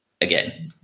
again